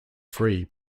free